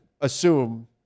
assume